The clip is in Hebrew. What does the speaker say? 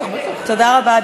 תודה רבה,